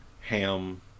ham